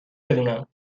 بدونم